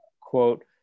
Quote